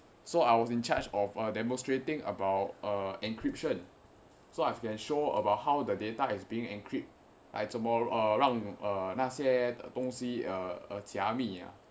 so I was in charge of uh demonstrating about uh encryption so I can show about how the data as being encrypt 怎么让那些东西加密 ah